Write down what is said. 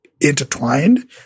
intertwined